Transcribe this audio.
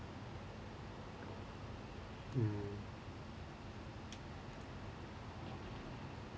mm